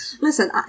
listen